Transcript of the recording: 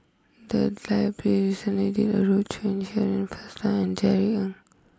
the library recently did a roadshow on Shirin Fozdar and Jerry Ng